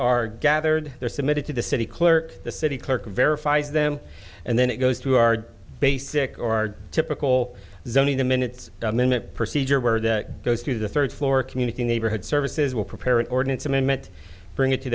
are gathered they're submitted to the city clerk the city clerk verifies them and then it goes to our basic our typical zoning the minutes minute procedure where that goes through the third floor community neighborhood services will prepare an ordinance amendment bring it to